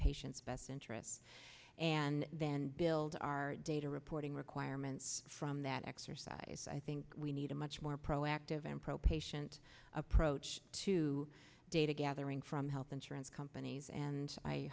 patient's best interest and then build our data reporting requirements from that exercise i think we need a much more proactive and pro patient approach to data gathering from health insurance companies and i